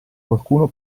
qualcuno